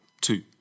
two